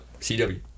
CW